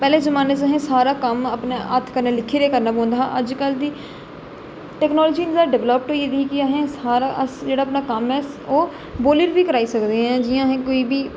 पहले जमाने च तुसें सारा कम्म अपने हत्थ कन्नै लिखी करना पोौंदा हा अजकल दी टेक्नोलाॅजी इन्नी ज्यादा डिवैल्प होई गेदी कि असें गी सारा जेहड़ा अपना कम्म ऐ ओह् बोल्ली र बी कराई सकदे आं जियां असें कोई बी